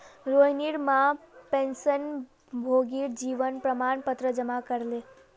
रोहिणीर मां पेंशनभोगीर जीवन प्रमाण पत्र जमा करले